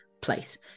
place